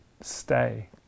stay